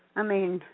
i mean,